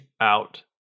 out